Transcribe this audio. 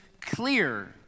clear